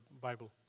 Bible